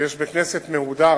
שיש בית-כנסת מהודר,